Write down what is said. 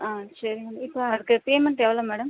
ஆ சரிங் இப்போ அதுக்கு பேமெண்ட் எவ்வளோ மேடம்